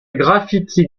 graffiti